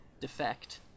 defect